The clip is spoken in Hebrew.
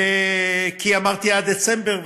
כי אמרתי "עד דצמבר",